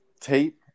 Tape